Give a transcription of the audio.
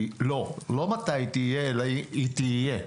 לא מתי תהיה, אלא היא תהיה,